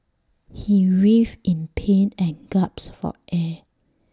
he writhed in pain and gasped for air